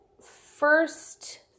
first